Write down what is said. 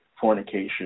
fornication